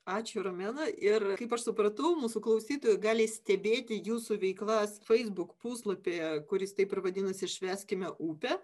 ačiū romena ir kaip aš supratau mūsų klausytojai gali stebėti jūsų veiklas feisbuk puslapyje kuris taip ir vadinasi švęskime upę